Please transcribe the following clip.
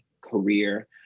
career